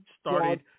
started